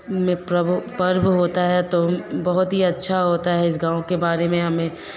में पर्व पर्व होता है तो बहुत ही अच्छा होता है इस गाँव के बारे में हमें